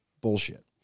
bullshit